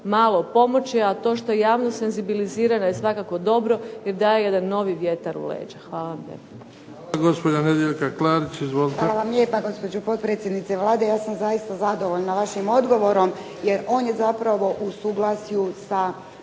malo pomoći a to što je javnost senzibilizirana je svakako dobro jer daje jedan novi vjetar u leđa. Hvala.